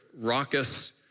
raucous